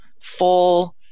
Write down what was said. full